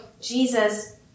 Jesus